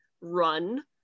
run